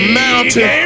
mountain